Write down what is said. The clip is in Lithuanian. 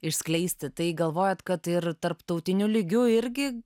išskleisti tai galvojat kad ir tarptautiniu lygiu irgi